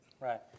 Right